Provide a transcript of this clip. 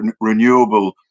renewable